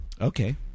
Okay